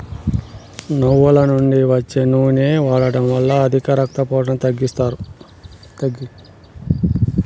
నువ్వుల నుండి వచ్చే నూనె వాడడం వల్ల అధిక రక్త పోటును తగ్గిస్తాది